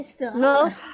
no